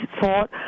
thought